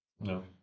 No